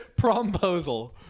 Promposal